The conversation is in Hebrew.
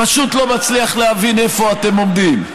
פשוט לא מצליח להבין איפה אתם עומדים.